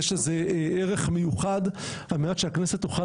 יש לזה ערך מיוחד על מנת שהכנסת תוכל